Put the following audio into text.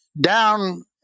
down